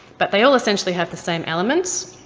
but they all essentially have the same elements.